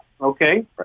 Okay